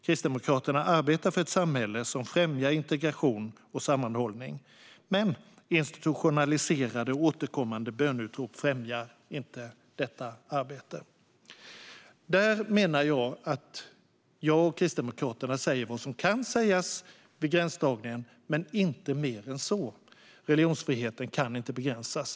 Kristdemokraterna arbetar för ett samhälle som främjar integration och sammanhållning. Institutionaliserade och återkommande böneutrop främjar inte det arbetet." Där, menar jag, säger jag och Kristdemokraterna vad som kan sägas vid gränsdragningen, men inte mer än så. Religionsfriheten kan inte begränsas.